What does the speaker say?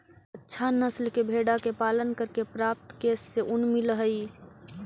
अच्छा नस्ल के भेडा के पालन करके प्राप्त केश से ऊन मिलऽ हई